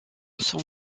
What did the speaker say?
sang